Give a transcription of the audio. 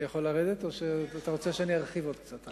אני יכול לרדת, או שאתה רוצה שאני ארחיב עוד קצת?